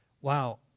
wow